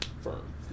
firm